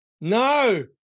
No